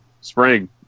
spring